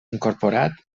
incorporat